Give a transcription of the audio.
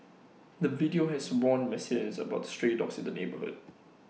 the video has warned residents about the stray dogs in the neighbourhood